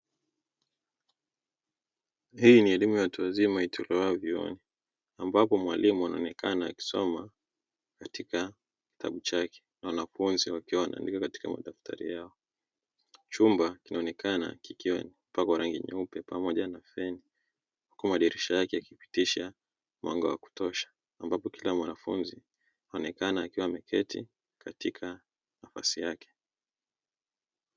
Hii ni elimu ya watu wazima itolewavyo vyuoni, ambapo mwalimu anaonekana akisoma katika kitabu chake, na wanafunzi wakiwa wanaandika katika madaftari yao, chumba kinaonekana kikiwa kimepakwa rangi nyeupe pamoja na feni huku madirisha yake yakipitisha mwanga wa kutosha, ambapo kila mwanafunzi anaonekana akiwa ameketi katika nafasi yake.